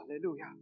Hallelujah